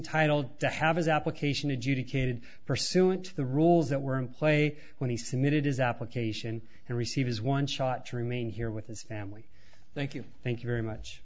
entitled to have his application adjudicated pursuant to the rules that were in play when he submitted his application and receive his one shot to remain here with his family thank you thank you very much